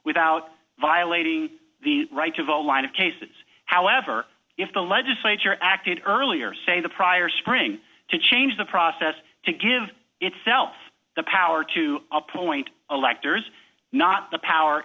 without violating the rights of a line of cases however if the legislature acted earlier say the prior spring to change the process to give itself the power to appoint electors not the power